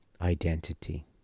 identity